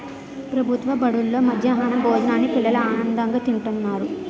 ప్రభుత్వ బడుల్లో మధ్యాహ్నం భోజనాన్ని పిల్లలు ఆనందంగా తింతన్నారు